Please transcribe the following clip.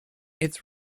its